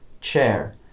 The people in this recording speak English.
chair